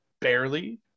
barely